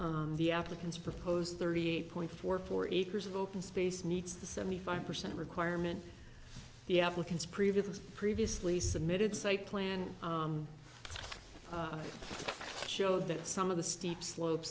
the applicants proposed thirty eight point four four acres of open space meets the seventy five percent requirement the applicants previously previously submitted site plan showed that some of the steep slope